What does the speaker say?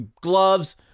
gloves